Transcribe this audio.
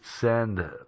send